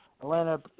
Atlanta